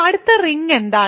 അടുത്ത റിങ് എന്താണ്